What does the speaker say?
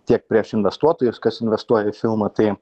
tiek prieš investuotojus kas investuoja į filmą tai